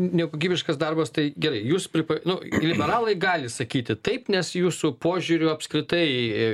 nekokybiškas darbas tai gerai jus pripa nu liberalai gali sakyti taip nes jūsų požiūriu apskritai